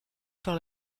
par